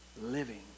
living